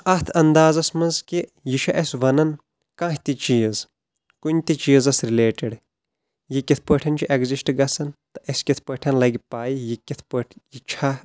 اتھ اندازس منٛز کہِ یہِ چھِ اسہِ ونان کانٛہہ تہِ چیٖز کُنہِ تہِ چیزس رِلیٹڈ یہِ کتھ پٲٹھۍ چھُ ایٚگزسٹ گژھان تہٕ اسہِ کتھ پٲٹھۍ لگہِ پاے یہِ کتھ پٲٹھۍ یہِ چھاہ